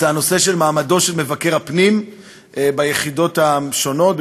זה הנושא של מעמדו של מבקר הפנים ביחידות שונות,